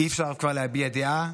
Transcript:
אי-אפשר כבר להביע דעה,